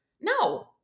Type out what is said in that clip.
No